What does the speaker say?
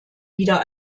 wieder